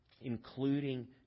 including